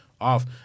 Off